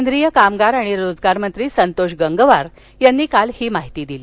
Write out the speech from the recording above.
केंद्रीय कामगार आणि रोजगार मंत्री संतोष गंगवार यांनी काल ही माहिती दिली